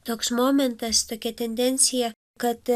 toks momentas tokia tendencija kad